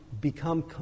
become